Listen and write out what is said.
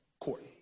court